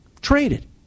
Traded